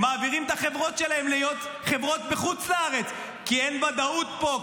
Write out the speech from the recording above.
מעבירים את החברות שלהם להיות חברות בחוץ לארץ כי אין ודאות פה,